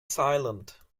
silent